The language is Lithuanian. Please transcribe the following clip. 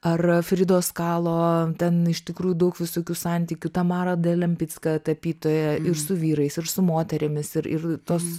ar fridos kalo ten iš tikrųjų daug visokių santykių tamara de lempicka tapytoja ir su vyrais ir su moterimis ir ir tos